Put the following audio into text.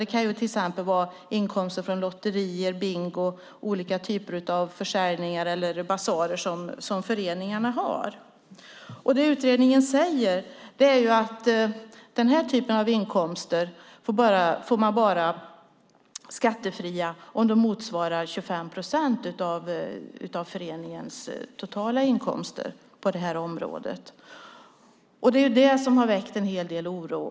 Det kan till exempel vara inkomster från lotterier, bingo, olika typer av försäljningar eller basarer som föreningarna har. Utredningen säger att denna typ av inkomster får vara skattefria så länge de inte motsvarar mer än 25 procent av föreningens totala inkomster. Det har väckt en hel del oro.